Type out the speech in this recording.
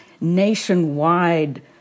nationwide